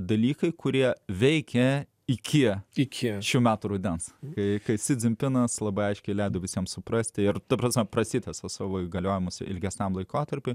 dalykai kurie veikia iki iki šių metų rudens kai kai si dzin pinas labai aiškiai leido visiem suprasti ir ta proza prasitęsia savo įgaliojimus ilgesniam laikotarpiui